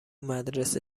مدرسه